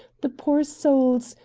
the poor souls,